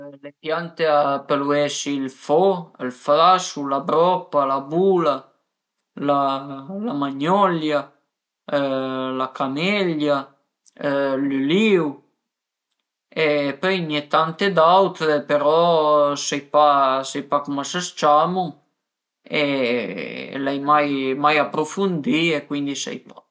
Le piante a pölu esi ël fo, ël frasu, la bropa, la bula, la magnolia, la camelia, l'ülìu e pöi a n'ie tante d'autre però sai pa sai pa cum a së ciamu e l'ai mai aprufundì e cuindi sai pa